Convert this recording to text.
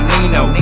Nino